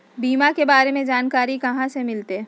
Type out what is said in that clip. बीमा के बारे में जानकारी कहा से मिलते?